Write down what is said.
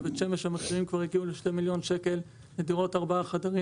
בבית שמש המחירים כבר הגיעו ל-2 מיליון שקל דירות 4 חדרים,